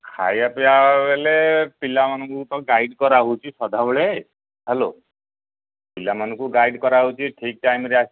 ଖାଇବା ପିଇବା ବଲେ ପିଲାମାନଙ୍କୁ ତ ଗାଇଡ଼ କରାହେଉଛି ସଦାବେଳେ ହ୍ୟାଲୋ ପିଲାମାନଙ୍କୁ ଗାଇଡ଼ କରାହେଉଛି ଠିକ୍ ଟାଇମ୍ରେ ଆସି